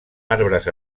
arbres